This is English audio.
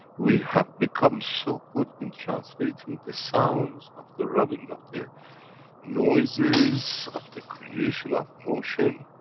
we have become so good in translating the sounds of the rubbing of the noises of the creation of motion,